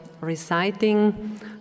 reciting